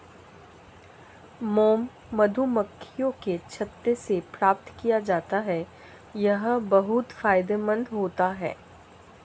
mom मधुमक्खियों के छत्ते से प्राप्त किया जाता है यह बहुत फायदेमंद होता है